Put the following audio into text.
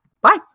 Bye